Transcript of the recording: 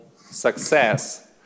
success